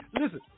listen